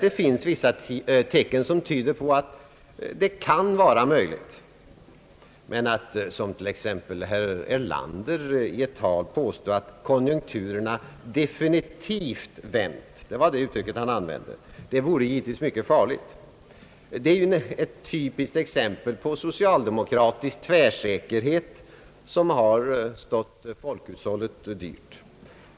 Det finns vissa tecken som tyder på att detta kan vara möjligt, men att som herr Erlander i ett tal påstå, att konjunkturerna »definitivt vänt», vore givetvis mycket farligt. Det är ett typiskt exempel på socialdemokratisk tvärsäkerhet som har stått folkhushållet dyrt.